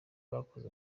bakoze